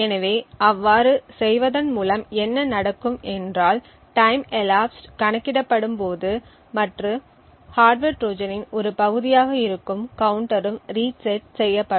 எனவே அவ்வாறு செய்வதன் மூலம் என்ன நடக்கும் என்றால் டைம் elapsed கணக்கிடப்படும் மற்றும் ஹார்ட்வர் ட்ரோஜனின் ஒரு பகுதியாக இருக்கும் கவுண்டரும் ரீசெட் செய்யப்படும்